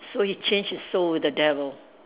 so he change his soul with the devil